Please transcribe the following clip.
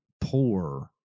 poor